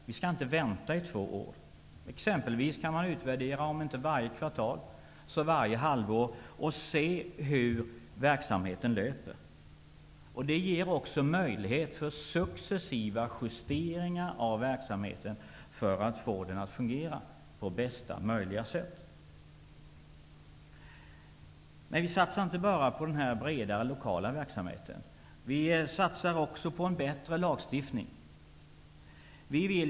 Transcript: Vi skall inte vänta i två år. Man kanske inte kan utvärdera varje kvartal, men man kan t.ex. göra det varje halvår och då se hur verksamheten löper. På grundval av utvärderingarna kan man successivt justera verksamheten för att få den att fungera på bästa möjliga sätt. Vi satsar inte bara på den här breda lokala verksamheten. Vi satsar också på en bättre lagstiftning.